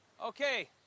Okay